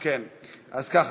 אז ככה,